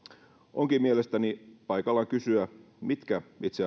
onkin mielestäni paikallaan kysyä mitkä itse